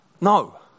No